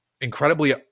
incredibly